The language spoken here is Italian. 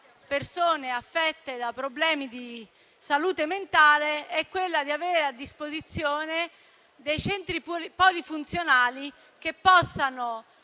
persone affette da problemi di salute mentale è avere a disposizione dei centri polifunzionali che possano